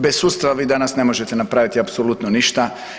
Bez sustava vi danas ne možete napraviti apsolutno ništa.